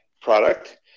product